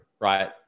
Right